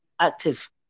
active